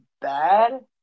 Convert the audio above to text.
bad